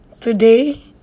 Today